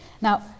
Now